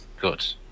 good